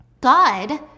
God